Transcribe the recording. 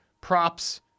props